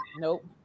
Nope